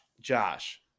Josh